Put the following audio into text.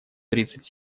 тридцать